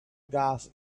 gas